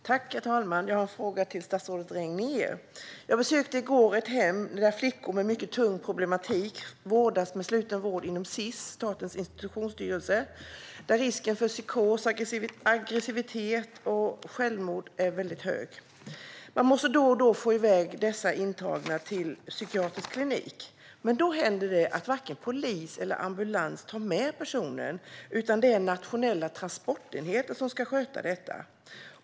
Herr talman! Jag har en fråga till statsrådet Regnér. Jag besökte i går ett hem där flickor med tunga problem vårdas med sluten vård inom Sis, Statens institutionsstyrelse, där risken för psykoser, aggressivitet och självmord är hög. Man måste då och då få iväg dessa intagna till psykiatrisk klinik. Men då händer att varken polis eller ambulans tar med personen utan det är Nationella transportenheten som ska sköta detta.